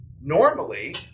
Normally